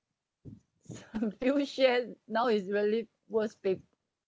and few share now is really worst